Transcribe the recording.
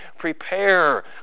prepare